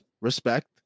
Respect